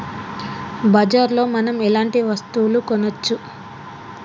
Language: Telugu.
బజార్ లో మనం ఎలాంటి వస్తువులు కొనచ్చు?